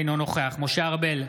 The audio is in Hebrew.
אינו נוכח משה ארבל,